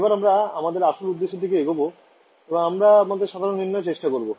এবার আমরা আমাদের আসল উদ্দেশ্যের দিকে এগব এবার আমরা সাধারণ নির্ণয়ের চেষ্টা করবো